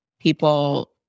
people